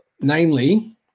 Namely